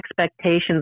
expectations